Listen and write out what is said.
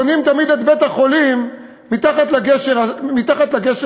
ששם בונים תמיד את בית-החולים מתחת לגשר השבור.